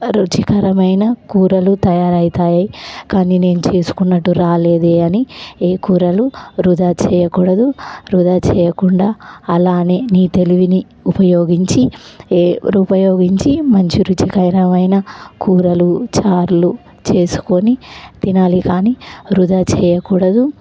రుచికరమైన కూరలు తయారవుతాయి కానీ నేను చేసుకున్నట్టు రాలేదే అని ఏ కూరలు వృధా చెయ్యకూడదు వృధా చెయ్యకుండా అలానే మీ తెలివిని ఉపయోగించి ఏ ఉపయోగించి మంచి రుచికరమైన కూరలు చారులు చేసుకొని తినాలి కానీ వృధా చెయ్యకూడదు